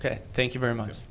ok thank you very much